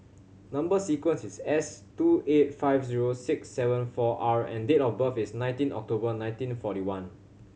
number sequence is S two eight five zero six seven four R and date of birth is nineteen October nineteen forty one